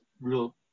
real